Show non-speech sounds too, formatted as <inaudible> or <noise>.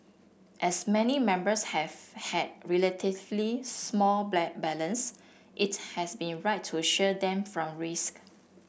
as many members have had relatively small <unintelligible> balance it has been right to shield them from risk